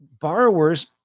borrowers